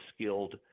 skilled